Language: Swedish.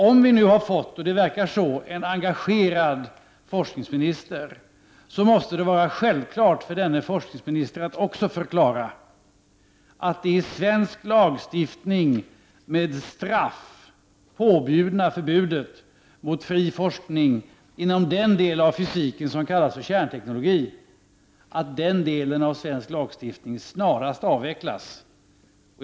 Om vi nu har fått — och det verkar så — en engagerad forskningsminister, så måste det vara självklart för denne forskningsminister att också förklara, när det gäller det i svensk lagstiftning med straff förbundna förbudet mot fri forskning inom den del av fysiken som kallas för kärnteknologi, att den delen av svensk lagstiftning snarast skall avvecklas.